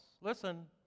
Listen